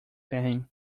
bang